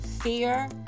fear